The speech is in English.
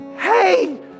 Hey